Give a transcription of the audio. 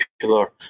popular